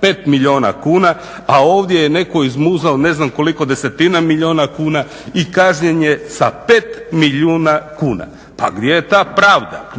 5 milijuna kuna, a ovdje je netko izmuzao ne znam koliko desetina milijuna kuna i kažnjen je sa 5 milijuna kuna. pa gdje je ta pravda?